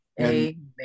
Amen